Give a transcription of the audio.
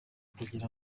kugira